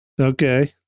okay